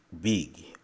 big